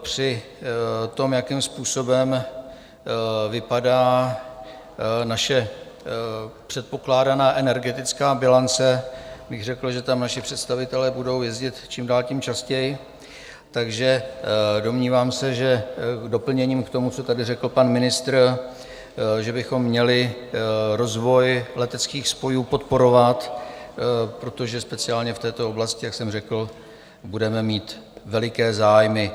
Při tom, jakým způsobem vypadá naše předpokládaná energetická bilance, bych řekl, že tam naši představitelé budou jezdit čím dál tím častěji, takže se domnívám doplněním k tomu, co tady řekl pan ministr, je, že bychom měli rozvoj leteckých spojů podporovat, protože speciálně v této oblasti, jak jsem řekl, budeme mít veliké zájmy.